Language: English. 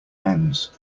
ends